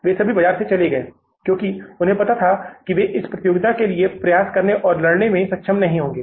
वे सभी बाजार से बाहर चले गए क्योंकि उन्हें पता था कि इस प्रतियोगिता के लिए प्रयास करने और लड़ने में सक्षम नहीं होंगे